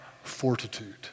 Fortitude